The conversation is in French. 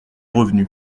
revenus